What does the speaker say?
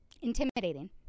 intimidating